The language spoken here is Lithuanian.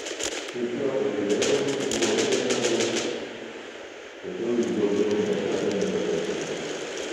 su šiuo erdvėlaiviu buvo siejama daug lūkesčių tačiau jis daugiau niekada nebepakilo